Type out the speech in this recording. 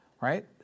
right